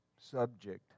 subject